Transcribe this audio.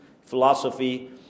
philosophy